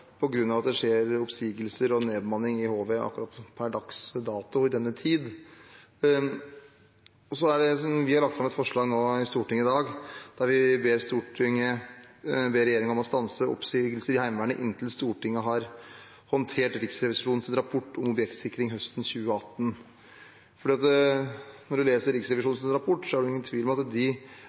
at det skjer oppsigelser og nedbemanning i HV per dags dato, på denne tid. Vi har lagt fram et forslag i Stortinget i dag der vi ber regjeringen om å stanse oppsigelser i Heimevernet inntil Stortinget har håndtert Riksrevisjonens rapport om objektsikring høsten 2018. For når man leser Riksrevisjonens rapport, er det ingen tvil om at de